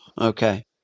Okay